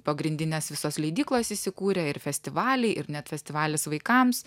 pagrindinės visos leidyklos įsikūrę ir festivaliai ir net festivalis vaikams